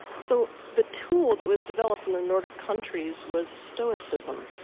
so, the tool that was developed in the nordic countries, was stoecism.